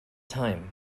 time